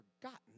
forgotten